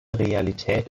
realität